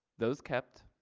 those kept.